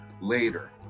later